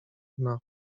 dna